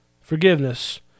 forgiveness